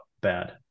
bad